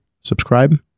subscribe